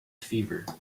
fever